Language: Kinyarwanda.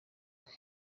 kwe